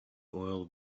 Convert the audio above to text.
oil